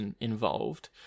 involved